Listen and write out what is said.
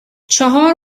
چهار